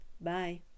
Bye